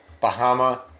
Bahama